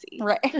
Right